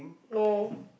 no